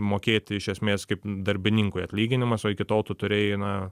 mokėti iš esmės kaip darbininkui atlyginimas o iki tol tu turėjai na